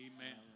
Amen